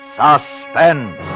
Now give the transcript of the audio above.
Suspense